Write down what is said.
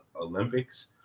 Olympics